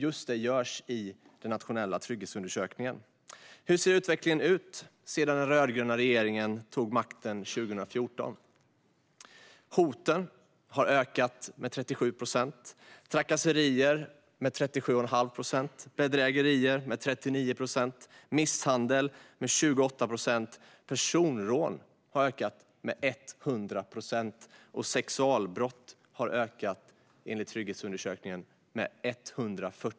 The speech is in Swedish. Just detta görs i den nationella trygghetsundersökningen. Hur ser utvecklingen ut sedan den rödgröna regeringen tog makten 2014? Hoten har ökat med 37 procent, trakasserierna med 37 1⁄2 procent, bedrägerierna med 39 procent, misshandeln med 28 procent, personrånen med 100 procent och sexualbrotten med 140 procent, enligt trygghetsundersökningen.